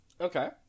Okay